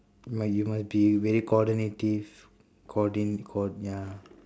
but you must be very coordinative coordin~ cor~ ya